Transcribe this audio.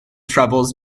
troubles